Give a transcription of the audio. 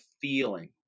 feeling